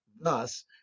Thus